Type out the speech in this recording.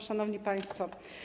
Szanowni Państwo!